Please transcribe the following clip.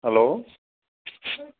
hello